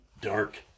dark